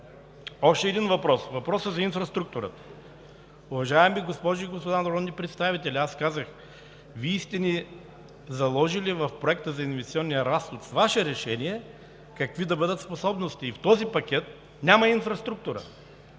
Още един въпрос – въпросът за инфраструктурата. Уважаеми госпожи и господа народни представители, казах, че Вие сте ни заложили в Проекта за инвестиционния разход с Ваше решение какви да бъдат способностите и в този пакет няма инфраструктура.